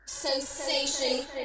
sensation